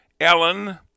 Ellen